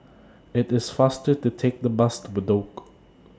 IT IS faster to Take The Bus to Bedok